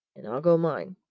and i'll go mine!